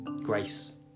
grace